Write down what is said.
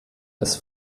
als